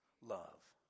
love